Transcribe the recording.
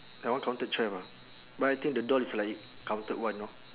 that one counted twelve ah but I think the doll is like counted one know